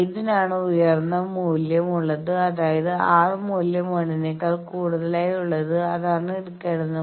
ഏതിനാണോ ഉയർന്ന മൂല്യം ഉള്ളത് അതായത് R മൂല്യം 1 നേക്കാൾ കൂടുതലായി ഉള്ളത് അതാണ് എടുക്കേണ്ടത്